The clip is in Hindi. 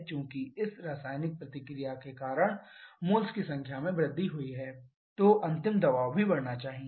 चूंकि इस रासायनिक प्रतिक्रिया के कारण मोल्स की संख्या में वृद्धि हुई है तो अंतिम दबाव भी बढ़ना चाहिए